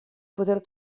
poter